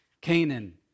Canaan